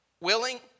willing